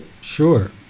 Sure